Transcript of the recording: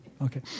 Okay